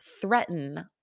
threaten